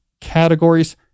categories